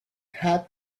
had